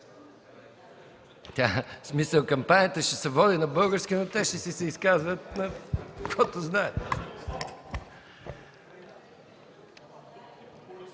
В смисъл, кампанията ще се води на български, но те ще си се изказват на каквото знаят...